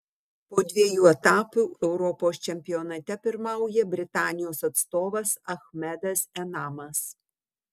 po dviejų etapų europos čempionate pirmauja britanijos atstovas achmedas enamas